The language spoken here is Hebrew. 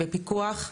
בפיקוח.